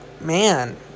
man